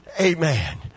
Amen